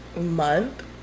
Month